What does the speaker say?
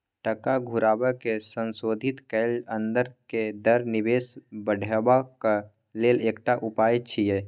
टका घुरेबाक संशोधित कैल अंदर के दर निवेश बढ़ेबाक लेल एकटा उपाय छिएय